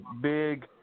big